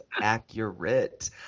accurate